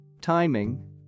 Timing